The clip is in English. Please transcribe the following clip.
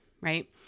right